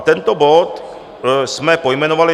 Tento bod jsme pojmenovali